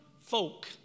folk